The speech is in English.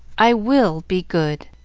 i will be good!